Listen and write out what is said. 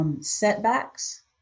setbacks